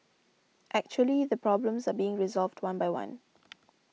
actually the problems are being resolved one by one